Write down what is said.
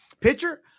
Pitcher